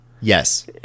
Yes